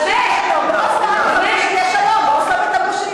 אמרו שיהיה שלום, באמת, באוסלו,